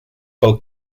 pel